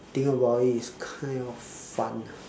think about it it's kind of fun lah